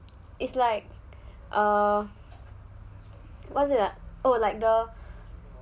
it's like err what is it ah oh the